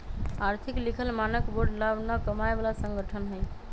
आर्थिक लिखल मानक बोर्ड लाभ न कमाय बला संगठन हइ